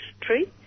tree